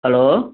hello